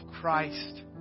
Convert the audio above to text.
Christ